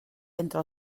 entre